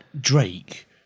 Drake